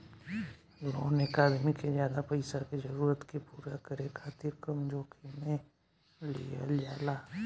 loan एक आदमी के ज्यादा पईसा के जरूरत के पूरा करे खातिर कम जोखिम में लिहल जाला